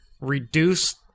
reduce